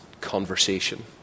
conversation